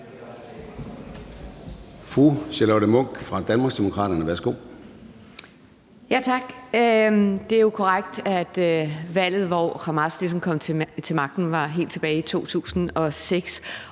Fru Charlotte Munch fra Danmarksdemokraterne. Værsgo. Kl. 14:18 Charlotte Munch (DD): Tak. Det er jo korrekt, at valget, hvor Hamas ligesom kom til magten, var helt tilbage i 2006,